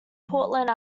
portland